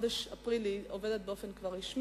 ובחודש אפריל היא כבר תעבוד באופן רשמי.